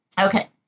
Okay